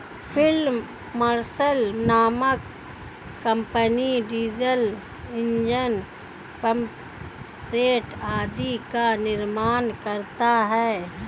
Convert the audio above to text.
field marshal नामक company diesel engine, pump set आदि का निर्माण करता है